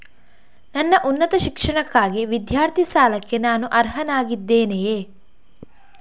ನನ್ನ ಉನ್ನತ ಶಿಕ್ಷಣಕ್ಕಾಗಿ ವಿದ್ಯಾರ್ಥಿ ಸಾಲಕ್ಕೆ ನಾನು ಅರ್ಹನಾಗಿದ್ದೇನೆಯೇ?